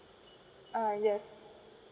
ah yes